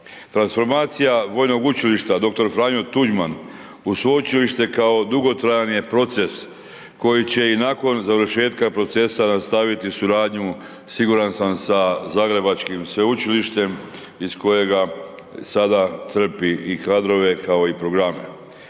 Transformacija Vojnog učilišta dr. Franjo Tuđman u sveučilište kao dugotrajan je proces koji će i nakon završetka procesa nastaviti suradnju siguran sam sa zagrebačkim sveučilištem iz kojega sada crpi i kadrove kao i programe.